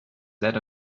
that